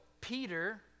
peter